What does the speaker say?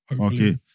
Okay